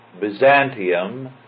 Byzantium